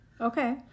Okay